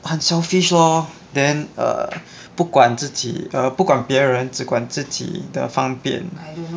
很 selfish lor then err 不管自己 uh 不管别人只管自己的方便